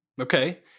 Okay